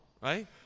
right